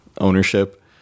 ownership